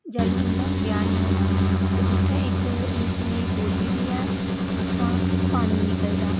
जेल्लै उं'दा ब्याह् निं होंदा हा उत्थें इक्क निक्की नेही बौह्ली बी ऐ जित्थुआं पानी निकलदा